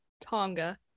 Tonga